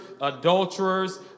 adulterers